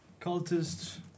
Cultist